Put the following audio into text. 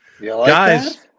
guys